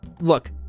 look